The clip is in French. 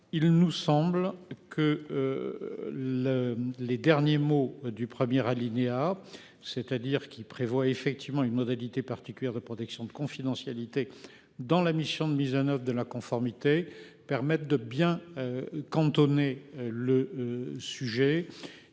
Il nous semble que. Le, les derniers mots du premier alinéa c'est-à-dire qui prévoit effectivement une modalité particulière de protection de confidentialité dans la mission de mise en oeuvre de la conformité permettent de bien. Cantonné le. Sujet.